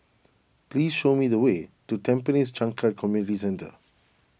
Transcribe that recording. please show me the way to Tampines Changkat Community Centre